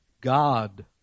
God